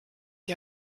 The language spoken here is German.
die